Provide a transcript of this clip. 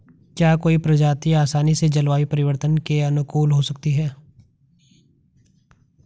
क्या कोई प्रजाति आसानी से जलवायु परिवर्तन के अनुकूल हो सकती है?